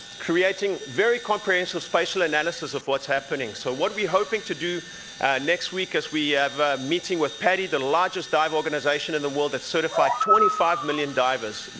creating very comprehensial spatial analysis of what's happening. so what we're hoping to do next week as we have a meeting with padi, the largest dive organization in the world that's certified twenty five million divers.